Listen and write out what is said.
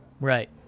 Right